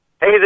Hey